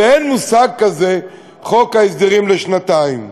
ואין מושג כזה חוק ההסדרים לשנתיים.